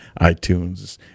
iTunes